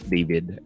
David